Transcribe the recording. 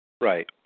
Right